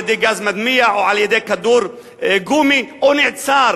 גז מדמיע או על-ידי כדור גומי או נעצר